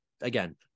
again